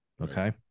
Okay